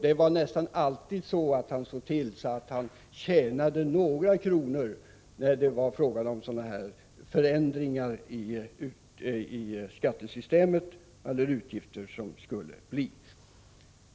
Det var nästan alltid så att han såg till att han tjänade några kronor när det var fråga om utgifter och förändringar i skattesystemet.